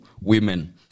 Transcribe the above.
women